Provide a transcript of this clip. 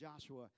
Joshua